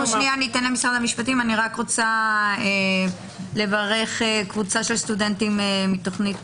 אני רוצה לברך קבוצת סטודנטים מתוכנית